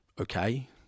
okay